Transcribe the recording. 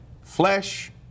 flesh